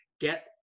get